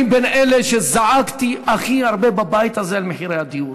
אני בין אלה שזעקו הכי הרבה בבית הזה על מחירי הדיור.